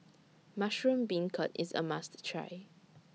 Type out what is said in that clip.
Mushroom Beancurd IS A must Try